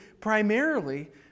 primarily